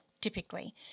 Typically